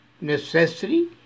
necessary